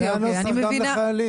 זה הנוסח גם לחיילים.